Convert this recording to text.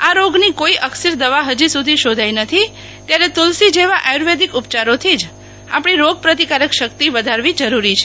આ રોગની કોઈ અકસીર દવા હજી સુધી શોધાઇ નથી ત્યારે તુલસી જેવા આયુર્વેદિક ઉપયારોથી જ આપણી રોગપ્રતિકારક શક્તિ વધારવી જરૂરી છે